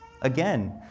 Again